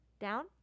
down